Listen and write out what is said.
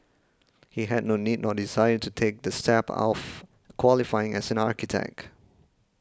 he had no need nor desire to take the step of qualifying as an architect